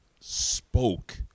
spoke